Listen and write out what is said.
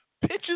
pitches